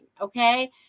Okay